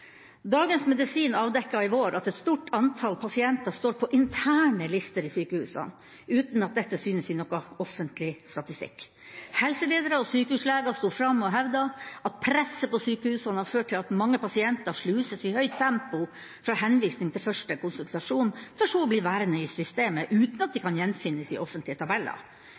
Dagens Medisin avdekket i vår at et stort antall pasienter står på interne lister i sykehusene, uten at dette synes i noen offentlig statistikk. Helseledere og sykehusleger sto fram og hevdet at presset på sykehusene har ført til at mange pasienter sluses i høyt tempo fra henvisning til første konsultasjon, for så å bli værende i systemet – uten at de kan gjenfinnes i offentlige tabeller.